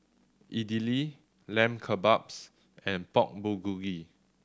Idili Lamb Kebabs and Pork Bulgogi